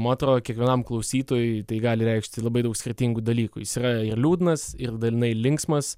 man atrodo kiekvienam klausytojui tai gali reikšti labai daug skirtingų dalykų jis yra liūdnas ir dalinai linksmas